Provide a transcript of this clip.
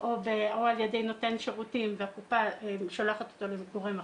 או על ידי נתן שירותים והקופה שולחת אותו לגורם אחר,